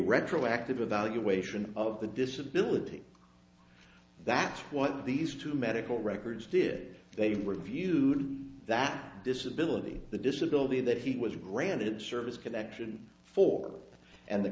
retroactive evaluation of the disability that's what these two medical records did they reviewed that disability the disability that he was granted service connection for and the